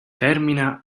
termina